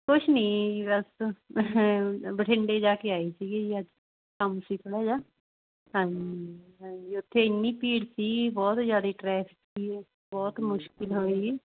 ਕੁਛ ਨਹੀਂ ਬਸ ਹਾਂ ਬਠਿੰਡੇ ਜਾ ਕੇ ਆਈ ਸੀਗੀ ਜੀ ਅੱਜ ਕੰਮ ਸੀ ਥੋੜ੍ਹਾ ਜਿਹਾ ਹਾਂਜੀ ਹਾਂਜ ਉੱਥੇ ਇੰਨੀ ਭੀੜ ਸੀ ਬਹੁਤ ਜ਼ਿਆਦਾ ਟਰੈਫਿਕ ਸੀ ਬਹੁਤ ਮੁਸ਼ਕਿਲ ਹੋਈ